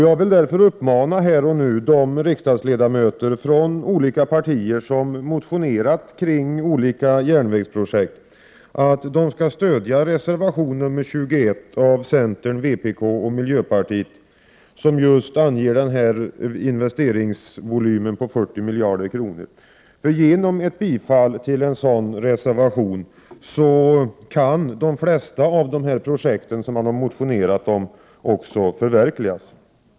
Jag vill därför här och nu uppmana de riksdagsledamöter från olika partier som motionerat kring olika järnvägsprojekt att stödja reservation nummer 21 av centern, vpk och miljöpartiet. Den anger just en investeringsvolym på 40 miljarder kronor. Genom ett bifall till en sådan reservation kan de flesta av de projekt som ledamöterna har motionerat om också förverkligas.